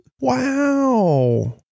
Wow